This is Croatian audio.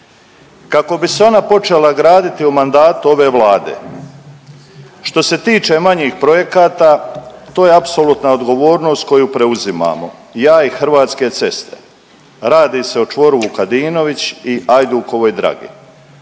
Kako bi se ona počela graditi u mandatu ove Vlade što se tiče manjih projekata to je apsolutna odgovornost koju preuzimamo ja i Hrvatske ceste. Radi se o čvoru Vukadinović i Ajdukovoj dragi.